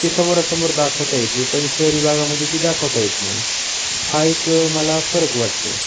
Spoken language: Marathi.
ती समोरासमोर दाखवता येते पण शहरी भागामध्ये ती दाखवता येत नाही हा एक मला फरक वाटतो